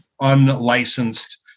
unlicensed